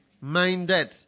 minded